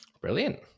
brilliant